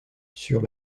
sur